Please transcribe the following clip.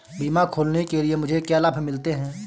बीमा खोलने के लिए मुझे क्या लाभ मिलते हैं?